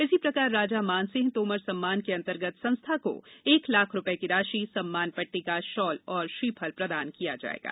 इसी प्रकार राजा मानसिंह तोमर सम्मान के अन्तर्गत संस्था को एक लाख रूपये की राशि सम्मान पट्टिका शाल व श्रीफल प्रदान किए जायेंगे